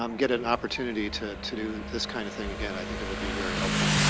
um get an opportunity to to do this kind of thing again, i think it would be very helpful.